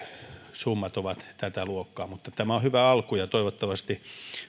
summat ovat tätä luokkaa mutta tämä on hyvä alku ja toivottavasti